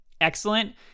excellent